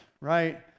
right